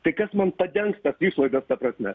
tai kas man padengs tas išlaidas ta prasme